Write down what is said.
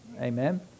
Amen